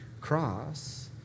cross